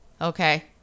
okay